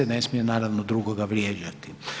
Ne smije naravno drugoga vrijeđati.